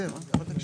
בוקר טוב,